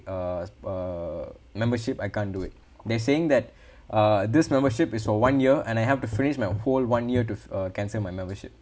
uh uh membership I can't do it they saying that uh this membership is for one year and I have to finish my whole one year to uh cancel my membership